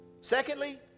Secondly